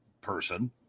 person